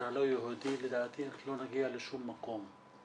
הלא יהודי לדעתי אנחנו לא נגיע לשום מקום.